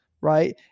right